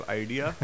idea